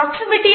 proximity